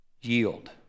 yield